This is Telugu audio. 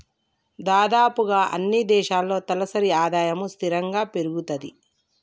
దాదాపుగా అన్నీ దేశాల్లో తలసరి ఆదాయము స్థిరంగా పెరుగుతది